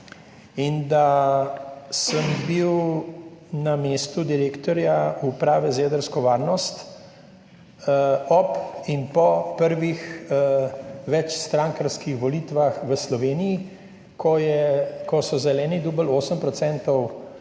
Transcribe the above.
in da sem bil na mestu direktorja Uprave za jedrsko varnost ob in po prvih večstrankarskih volitvah v Sloveniji, ko so Zeleni dobili 8